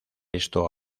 esto